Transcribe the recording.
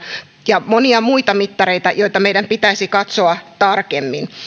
ja on monia muita mittareita joita meidän pitäisi katsoa tarkemmin